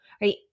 right